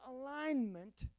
alignment